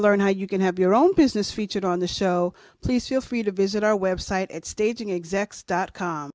learn how you can have your own business featured on the show please feel free to visit our website at staging exacts dot com